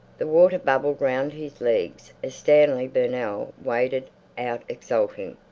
the water bubbled round his legs as stanley burnell waded out exulting.